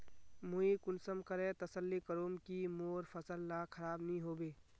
मुई कुंसम करे तसल्ली करूम की मोर फसल ला खराब नी होबे?